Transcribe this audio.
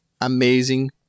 amazing